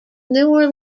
newer